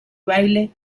baile